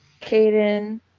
Caden